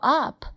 up